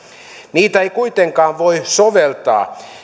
niitä ei kuitenkaan voi soveltaa